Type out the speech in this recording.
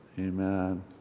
Amen